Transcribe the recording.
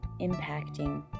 impacting